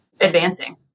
advancing